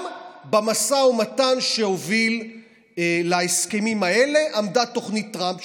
גם במשא ומתן שהוביל להסכמים האלה עמדה תוכנית טראמפ,